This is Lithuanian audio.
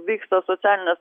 vyksta socialinė